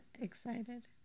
excited